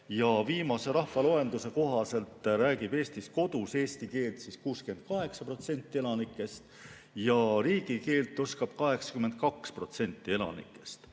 Viimase rahvaloenduse kohaselt räägib Eestis kodus eesti keelt 68% elanikest ja riigikeelt oskab 82% elanikest.